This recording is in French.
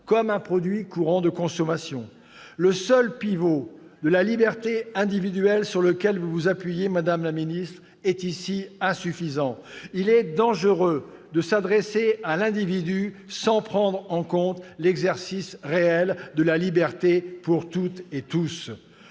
comme un produit courant de consommation. Le seul pivot de la liberté individuelle, sur lequel vous vous appuyez, madame la ministre, est ici insuffisant. Il est dangereux de s'adresser à l'individu sans prendre en compte l'exercice réel de la liberté par toutes et tous.